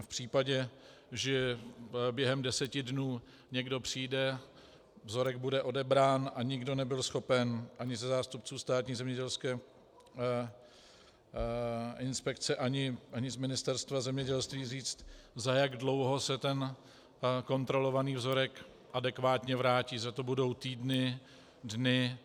V případě, že během deseti dnů někdo přijde, vzorek bude odebrán a nikdo nebyl schopen, ani ze zástupců Státní zemědělské inspekce, ani z Ministerstva zemědělství, říct, za jak dlouho se kontrolovaný vzorek adekvátně vrátí, zda to budou týdny, dny.